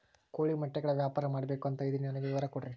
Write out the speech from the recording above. ಕೋಳಿ ಮೊಟ್ಟೆಗಳ ವ್ಯಾಪಾರ ಮಾಡ್ಬೇಕು ಅಂತ ಇದಿನಿ ನನಗೆ ವಿವರ ಕೊಡ್ರಿ?